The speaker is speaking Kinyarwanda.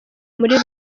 muri